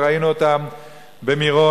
וראינו אותם במירון,